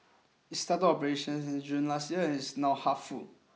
it started operations in June last year and is now half full